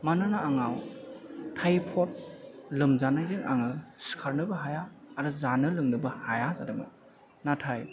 मानोना आंनाव थाइफद लोमजानायजों आङो सिखारनोबो हाया आरो जानो लोंनोबो हाया जादोंमोन नाथाय